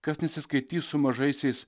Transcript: kas nesiskaitys su mažaisiais